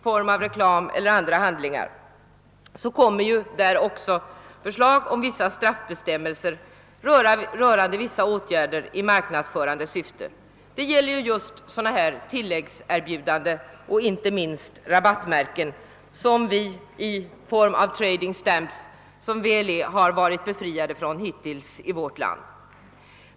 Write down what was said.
form av reklam eller andra handlingar, så kommer också förslag om vissa straffbestämmelser rörande åtgärder i marknadsförande syfte. Dessa gäller just sådana här tilläggserbjudanden och inte minst rabattmärken som vi i form av trading stamps som väl är har varit befriade från hittills i vårt land.